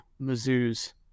Mizzou's